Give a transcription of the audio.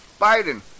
Biden